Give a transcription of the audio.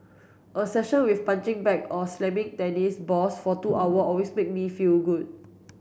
a session with punching bag or slamming tennis balls for two hour always make me feel good